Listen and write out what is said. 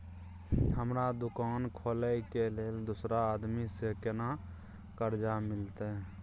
हमरा दुकान खोले के लेल दूसरा आदमी से केना कर्जा मिलते?